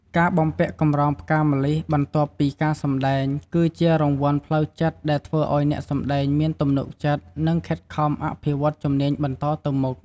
ការបំពាក់កម្រងផ្កាម្លិះបន្ទាប់ពីការសម្តែង គឺជារង្វាន់ផ្លូវចិត្តដែលធ្វើឲ្យអ្នកសម្តែងមានទំនុកចិត្ត និងខិតខំអភិវឌ្ឍជំនាញបន្តទៅមុខ។